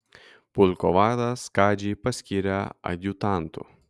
pulko vadas kadžį paskyrė adjutantu